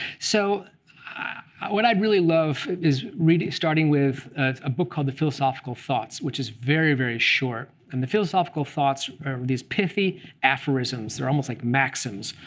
so ah what i'd really love is starting with a book called the philosophical thoughts, which is very, very short. and the philosophical thoughts are these pithy aphorisms. they're almost like maxims,